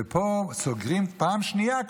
ופה סוגרים כבר פעם שנייה,